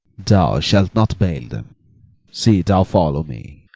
thou shalt not bail them see thou follow me.